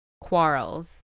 quarrels